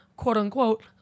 quote-unquote